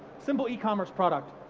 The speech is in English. simple ecommerce product.